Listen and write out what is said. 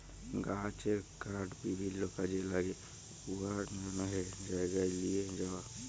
গাহাচের কাঠ বিভিল্ল্য কাজে ল্যাগে উয়ার জ্যনহে জায়গায় লিঁয়ে যাউয়া